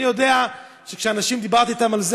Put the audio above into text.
אני יודע שכשדיברתי עם אנשים על זה,